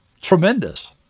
tremendous